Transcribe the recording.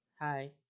Hi